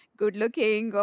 good-looking